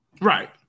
right